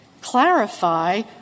clarify